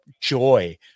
joy